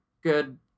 good